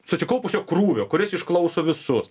susikaupusio krūvio kuris išklauso visus